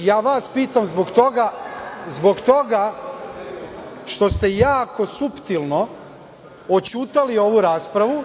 Ja vas pitam, zbog toga što ste jako suptilno oćutali ovu raspravu,